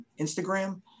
Instagram